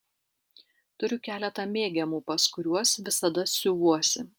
turiu keletą mėgiamų pas kuriuos visada siuvuosi